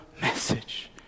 message